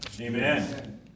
Amen